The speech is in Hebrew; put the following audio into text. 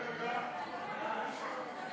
ההצעה להעביר את הצעת חוק סיוע